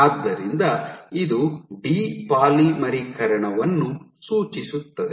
ಆದ್ದರಿಂದ ಇದು ಡಿ ಪಾಲಿಮರೀಕರಣವನ್ನು ಸೂಚಿಸುತ್ತದೆ